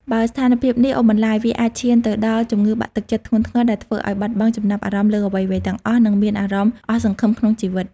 បើស្ថានភាពនេះអូសបន្លាយ វាអាចឈានទៅដល់ជំងឺបាក់ទឹកចិត្តធ្ងន់ធ្ងរ ដែលធ្វើឱ្យបាត់បង់ចំណាប់អារម្មណ៍លើអ្វីៗទាំងអស់ និងមានអារម្មណ៍អស់សង្ឃឹមក្នុងជីវិត។